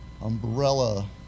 umbrella